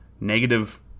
Negative